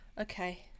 okay